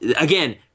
again